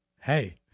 hey